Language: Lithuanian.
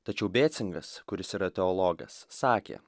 tačiau becingas kuris yra teologas sakė